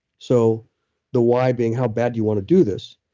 so the why being how bad do you want to do this?